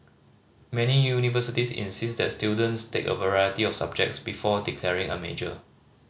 many universities insist that students take a variety of subjects before declaring a major